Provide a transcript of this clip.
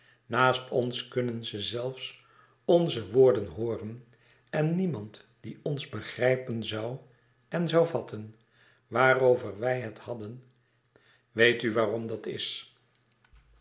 naast ons kunnen ze zelfs onze woorden hooren en niemand die ons begrijpen zoû en zoû vatten waarover wij het hadden weet u waarom dat is